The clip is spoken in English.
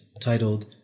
titled